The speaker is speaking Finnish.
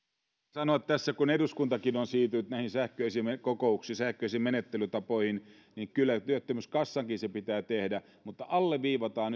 sanoa tässä että kun eduskuntakin on siirtynyt näihin sähköisiin kokouksiin sähköisiin menettelytapoihin niin kyllä työttömyyskassankin se pitää tehdä mutta alleviivataan